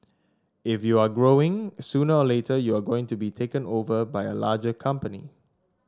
if you're growing sooner or later you are going to be taken over by a larger company